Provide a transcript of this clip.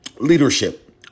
Leadership